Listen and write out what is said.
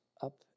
up